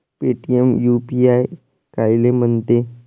Paytm UPI कायले म्हनते?